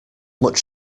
much